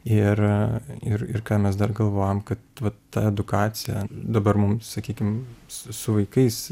ir ir ir ką mes dar galvojam kad vat ta edukacija dabar mum sakykim s su vaikais